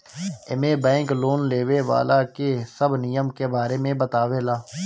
एमे bank loan लेवे वाला के सब नियम के बारे में बतावे ला